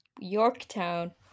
Yorktown